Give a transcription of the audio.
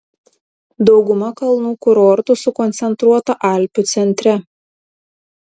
dauguma kalnų kurortų sukoncentruota alpių centre